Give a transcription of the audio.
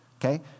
Okay